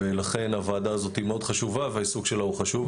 ולכן הוועדה הזאת היא מאוד חשובה והעיסוק שלה הוא חשוב.